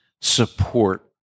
support